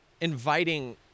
inviting